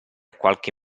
qualche